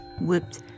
whipped